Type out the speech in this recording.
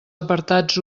apartats